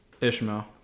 Ishmael